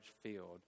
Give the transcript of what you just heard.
field